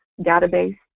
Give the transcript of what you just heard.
database